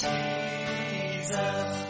Jesus